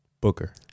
Booker